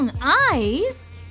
eyes